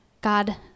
God